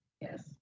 Yes